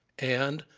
and,